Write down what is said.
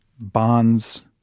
bonds